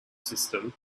system